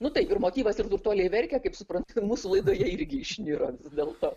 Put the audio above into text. nu taip ir motyvas ir turtuoliai verkia kaip suprantu mūsų laidoje irgi išniro dėl to